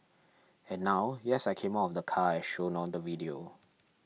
and now yes I came out of the car as shown on the video